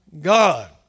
God